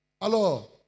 Alors